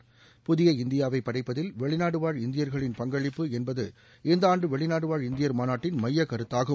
புதிய இந்தியாவைப் படைப்பதில் வெளிநாடுவாழ் இந்தியா்களின் பங்களிப்பு என்பது இந்த ஆண்டு வெளிநாடுவாழ் இந்தியர் மாநாட்டின் மையக்கருத்தாகும்